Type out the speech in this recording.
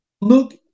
Look